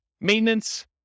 Maintenance